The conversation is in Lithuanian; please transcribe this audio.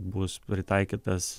bus pritaikytas